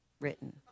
written